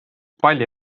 palli